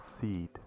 seed